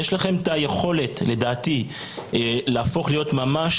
יש לכם את היכולת להפוך להיות חמ"ל